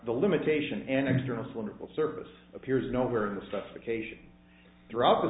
the limitation and external slimmer surface appears nowhere in the suffocation throughout the